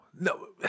no